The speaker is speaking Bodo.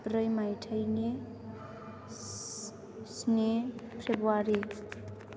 मायथाइनि स्नि फेब्रुवारि